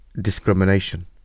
discrimination